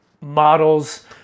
models